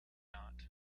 not